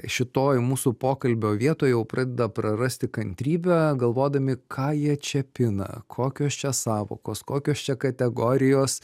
šitoj mūsų pokalbio vietoj jau pradeda prarasti kantrybę galvodami ką jie čia pina kokios čia sąvokos kokios čia kategorijos